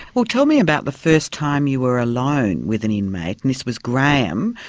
ah tell me about the first time you were alone with an inmate, and this was graham,